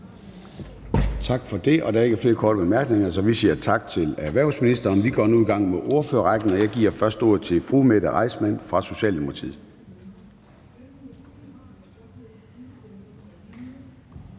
Tak for det. Der er ikke flere korte bemærkninger. Så vi siger tak til erhvervsministeren. Vi går nu i gang med ordførerrækken, og jeg giver først ordet til fru Mette Reissmann fra Socialdemokratiet.